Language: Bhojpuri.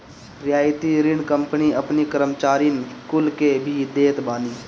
रियायती ऋण कंपनी अपनी कर्मचारीन कुल के भी देत बानी